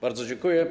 Bardzo dziękuję.